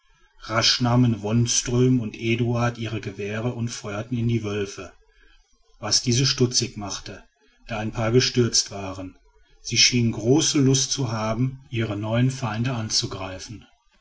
rasch nahmen wonström und eduard ihre gewehre und feuerten in die wölfe was diese stutzig machte da ein paar gestürzt waren sie schienen große lust zu haben ihre neuen feinde anzugreifen